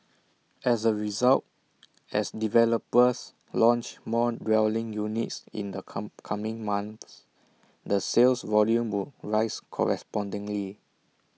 as A result as developers launch more dwelling units in the come coming months the sales volume would rise correspondingly